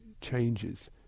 changes